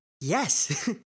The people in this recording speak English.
Yes